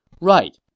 Right